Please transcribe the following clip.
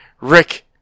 Rick